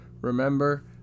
Remember